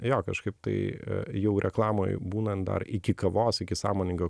jo kažkaip tai jau reklamoj būnant dar iki kavos iki sąmoningo